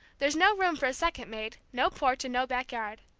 there's no room for a second maid, no porch and no back yard.